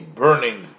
burning